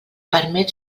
permet